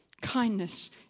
Kindness